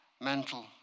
mental